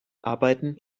arbeiten